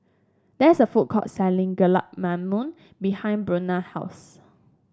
there is a food court selling Gulab Mamun behind Buena's house